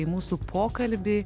į mūsų pokalbį